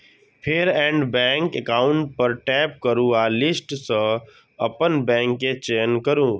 फेर add bank account पर tap करू आ लिस्ट सं अपन बैंक के चयन करू